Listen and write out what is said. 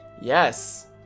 Yes